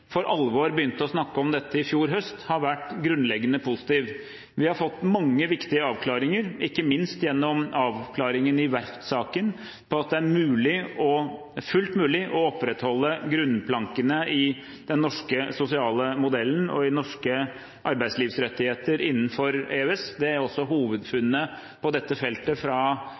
for alvor begynte å snakke om dette i fjor høst, har vært grunnleggende positiv. Vi har fått mange viktige avklaringer, ikke minst gjennom avklaringen i verftsaken, som viser at det er fullt mulig å opprettholde grunnplankene i den norske sosiale modellen og i norske arbeidslivsrettigheter innenfor EØS. Det er også hovedfunnet på dette feltet